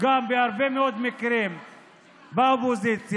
בהרבה מאוד מקרים באופוזיציה.